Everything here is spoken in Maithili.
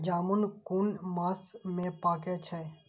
जामून कुन मास में पाके छै?